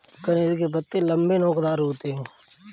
कनेर के पत्ते लम्बे, नोकदार होते हैं